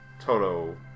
Toto